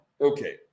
Okay